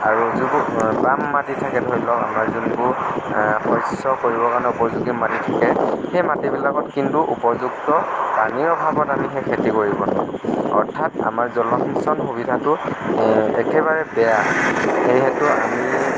আৰু যিবোৰ বাম মাটি থাকে ধৰি লওক আমাৰ যোনবোৰ শস্য কৰিবৰ কাৰণে উপযোগী মাটি থাকে সেই মাটিবিলাকত কিন্তু উপযুক্ত পানীৰ অভাৱত আমি সেই খেতি কৰিব নোৱাৰোঁ অৰ্থাৎ আমাৰ জলসিঞ্চন সুবিধাটো একেবাৰে বেয়া সেই হেতু আমি